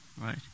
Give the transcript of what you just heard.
Right